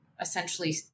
essentially